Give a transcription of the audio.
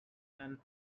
and